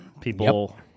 People